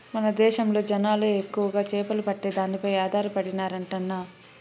మన దేశంలో జనాలు ఎక్కువగా చేపలు పట్టే దానిపై ఆధారపడినారంటన్నా